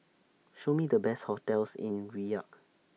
Show Me The Best hotels in Riyadh